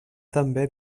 també